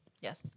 Yes